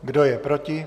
Kdo je proti?